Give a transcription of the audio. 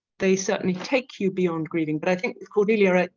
they certainly take you beyond grieving but i think cordelia,